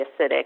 acidic